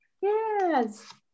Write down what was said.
Yes